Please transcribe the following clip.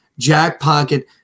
Jackpocket